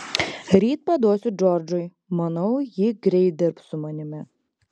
ryt paduosiu džordžui manau ji greit dirbs su manimi